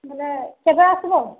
ବୋଲେ କେବେ ଆସିବ